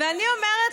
ואני אומרת